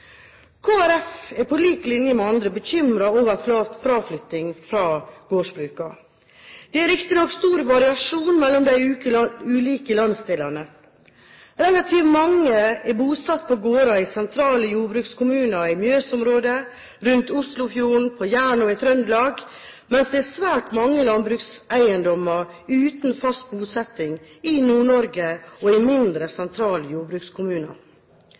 er på lik linje med andre bekymret over fraflytting fra gårdsbruk. Det er riktignok stor variasjon mellom de ulike landsdelene. Relativt mange er bosatt på gårder i sentrale jordbrukskommuner i Mjøsområdet, rundt Oslofjorden, på Jæren og i Trøndelag, mens det er svært mange landbrukseiendommer uten fast bosetting i Nord-Norge og i mindre